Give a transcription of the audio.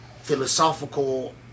philosophical